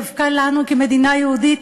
דווקא לנו כמדינה יהודית,